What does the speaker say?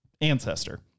ancestor